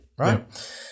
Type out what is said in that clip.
Right